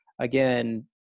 again